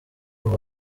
ubu